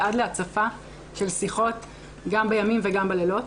ועד להצפה של שיחות גם בימים וגם בלילות.